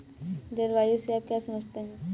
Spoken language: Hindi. जलवायु से आप क्या समझते हैं?